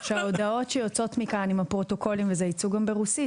שההודעות שיוצאות מכאן עם הפרוטוקולים וכל זה יצאו גם ברוסית,